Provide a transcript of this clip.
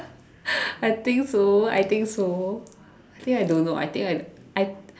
I think so I think so I think I don't know I think I I